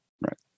right